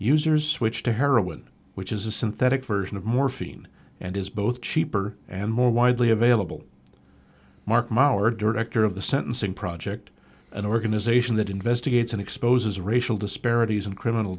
users which the heroin which is a synthetic version of morphine and is both cheaper and more widely available marc mauer director of the sentencing project an organization that investigates and exposes racial disparities in criminal